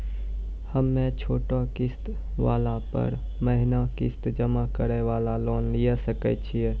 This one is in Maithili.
हम्मय छोटा किस्त वाला पर महीना किस्त जमा करे वाला लोन लिये सकय छियै?